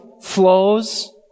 flows